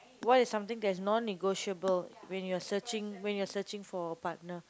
what is something that is non-negotiable when you are searching when you are searching for a partner